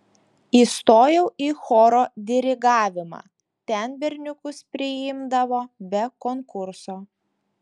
įstojau į choro dirigavimą ten berniukus priimdavo be konkurso